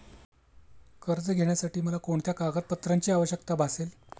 कर्ज घेण्यासाठी मला कोणत्या कागदपत्रांची आवश्यकता भासेल?